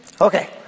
Okay